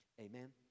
Amen